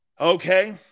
Okay